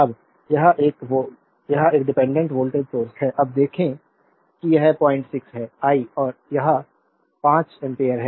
अब यह एक डिपेंडेंट वोल्टेज सोर्स है अब देखें कि यह 06 है आई और यह 5 एम्पीयर है